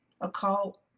occult